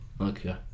Okay